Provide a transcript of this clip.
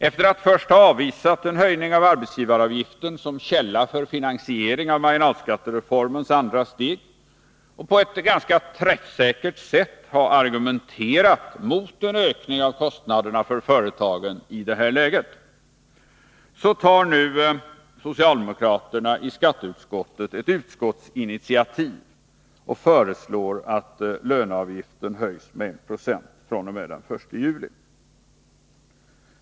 Efter att först ha avvisat en höjning av arbetsgivaravgiften som källa för finansiering av marginalskattereformens andra steg och på ett ganska träffsäkert sätt ha argumenterat mot en ökning av kostnaderna för företagen i detta läge, tar socialdemokraterna nu i skatteutskottet ett utskottsinitiativ och föreslår att löneavgiften höjs med 1 96 fr.o.m. den 1 juli.